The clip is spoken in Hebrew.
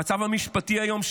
המצב המשפטי היום,